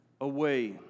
away